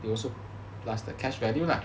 it also plus the cash value lah